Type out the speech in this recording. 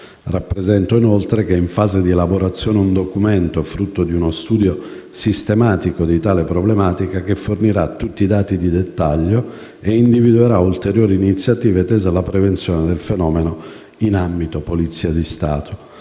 Rappresento, inoltre, che è in fase di elaborazione un documento, frutto di uno studio sistematico di tale problematica, che fornirà tutti i dati di dettaglio ed individuerà ulteriori iniziative tese alla prevenzione del fenomeno nell'ambito della Polizia di Stato.